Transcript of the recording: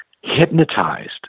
hypnotized